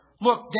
look